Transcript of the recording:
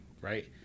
right